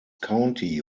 county